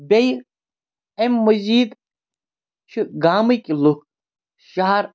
بیٚیہِ اَمہِ مٔزیٖد چھِ گامٕکۍ لُکھ شَہَر